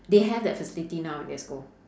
they have that facility now in that school